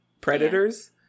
Predators